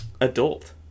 adult